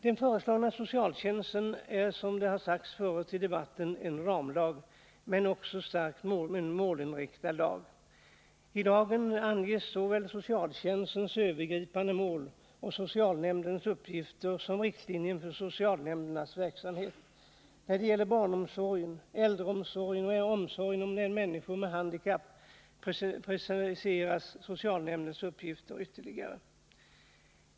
Den föreslagna socialtjänstlagen är, som framhållits tidigare i debatten, en ramlag, men den är också en starkt målinriktad lag. I lagen anges såväl socialtjänstens övergripande mål och socialnämndens uppgifter som riktlinjer för socialnämndens verksamhet. När det gäller barnomsorgen, äldreomsorgen och omsorgen om människor med handikapp preciseras socialnämndens uppgifter ytterligare.